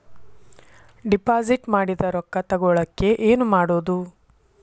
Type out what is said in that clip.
Deposit ಮಾಡಿದ ರೊಕ್ಕ ತಗೋಳಕ್ಕೆ ಏನು ಮಾಡೋದು?